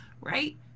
right